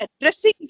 addressing